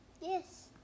Yes